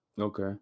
okay